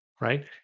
right